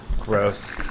Gross